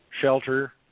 shelter